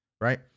right